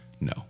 no